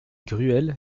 gruel